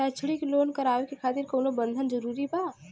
शैक्षणिक लोन करावे खातिर कउनो बंधक जरूरी बा?